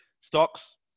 stocks